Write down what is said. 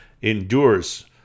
endures